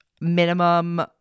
minimum